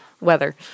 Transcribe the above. Weather